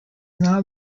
now